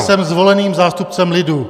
Jsem zvoleným zástupcem lidu!